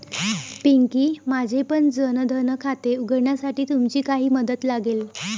पिंकी, माझेपण जन धन खाते उघडण्यासाठी तुमची काही मदत लागेल